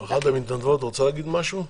אחת המתנדבות רוצה להגיד משהו?